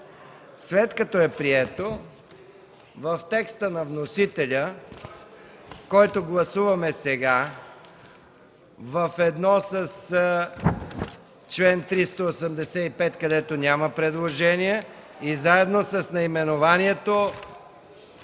След като е прието в текста на вносителя, който гласуваме сега заедно с чл. 385, където няма предложения, и заедно с наименованието